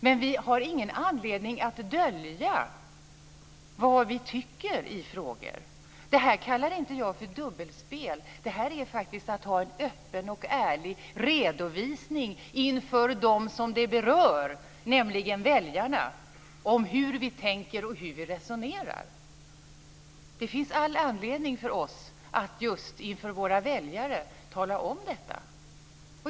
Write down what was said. Men vi har ingen anledning att dölja vad vi tycker i olika frågor. Detta kallar inte jag för dubbelspel, utan detta är faktiskt en öppen och ärlig redovisning inför dem som det berör, nämligen väljarna, om hur vi tänker och hur vi resonerar. Det finns all anledning för oss att just inför våra väljare tala om detta.